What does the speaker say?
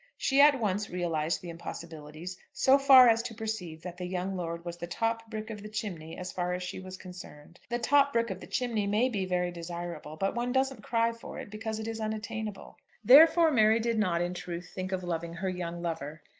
she at once realised the impossibilities, so far as to perceive that the young lord was the top brick of the chimney as far as she was concerned. the top brick of the chimney may be very desirable, but one doesn't cry for it, because it is unattainable. therefore mary did not in truth think of loving her young lover.